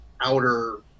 outer